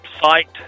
site